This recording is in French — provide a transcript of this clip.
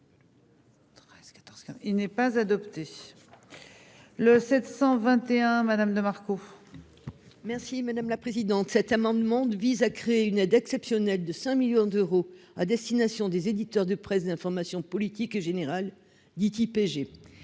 n'est pas adopté le 721 madame de. Merci madame la présidente, cet amendement vise à créer une aide exceptionnelle de 5 millions d'euros à destination des éditeurs de presse d'information politique et générale dites IPG